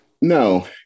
No